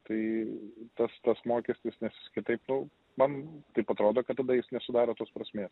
tai tas tas mokestis nes kitaip nu man taip atrodo kad tada jis nesudaro tos prasmės